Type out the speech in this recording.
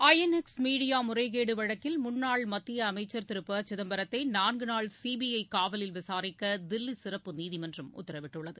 ஐ N X media முறைகேடு வழக்கில் முன்னாள் மத்திய அமைச்சர் திரு ப சிதம்பரத்தை நான்கு நாள் சிபிஐ காவலில் விசாரிக்க தில்லி சிறப்பு நீதிமன்றம் உத்தரவிட்டுள்ளது